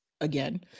again